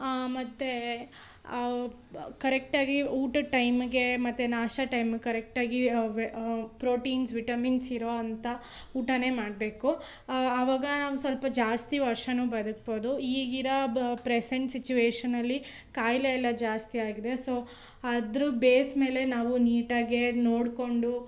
ಮತ್ತು ಕರೆಕ್ಟಾಗಿ ಊಟದ ಟೈಮಿಗೆ ಮತ್ತು ನಾಷ್ಟ ಟೈಮಿಗೆ ಕರೆಕ್ಟಾಗಿ ಪ್ರೋಟೀನ್ಸ್ ವಿಟಮಿನ್ಸ್ ಇರೋ ಅಂಥ ಊಟನೇ ಮಾಡಬೇಕು ಅವಾಗ ನಾವು ಸ್ವಲ್ಪ ಜಾಸ್ತಿ ವರ್ಷನೂ ಬದುಕ್ಬೌದು ಈಗಿರೋ ಪ್ರೆಸೆಂಟ್ ಸಿಚುಯೇಷನಲ್ಲಿ ಕಾಯಿಲೆ ಎಲ್ಲ ಜಾಸ್ತಿ ಆಗಿದೆ ಸೋ ಅದ್ರ ಬೇಸ್ ಮೇಲೆ ನಾವು ನೀಟಾಗೆ ನೋಡಿಕೊಂಡು